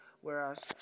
whereas